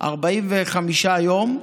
45 יום.